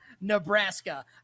Nebraska